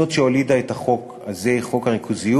זאת שהולידה את החוק הזה, חוק הריכוזיות,